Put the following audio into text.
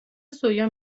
سویا